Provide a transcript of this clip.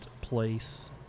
place